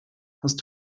hast